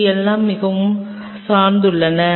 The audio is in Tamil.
இது எல்லாம் மிகவும் சார்ந்துள்ளது